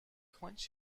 quench